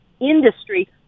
industry